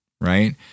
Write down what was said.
right